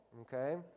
okay